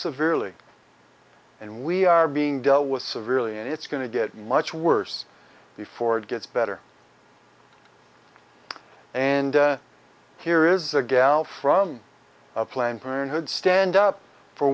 severely and we are being dealt with severely and it's going to get much worse before it gets better and here is a gal from planned parenthood stand up for